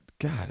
God